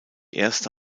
erste